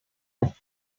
thumb